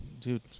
dude